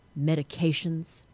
medications